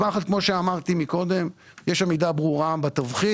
כמו שאמרתי קודם, יש עמידה ברורה בתבחין.